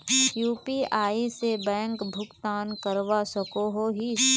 UPI से bank भुगतान करवा सकोहो ही?